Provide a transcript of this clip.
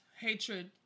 hatred